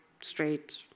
straight